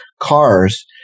cars